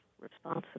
responsibility